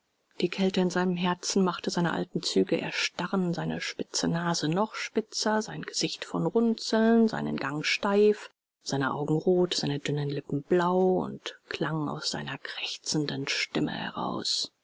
die kälte in seinem herzen machte seine alten züge erstarren seine spitze nase noch spitzer sein gesicht von runzeln seinen gang steif seine augen rot seine dünnen lippen blau und klang aus seiner krächzenden stimme heraus